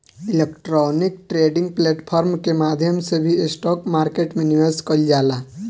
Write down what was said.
electronic trading platform के माध्यम से भी स्टॉक मार्केट में निवेश कईल जाला